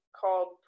called